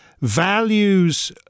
values